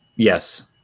Yes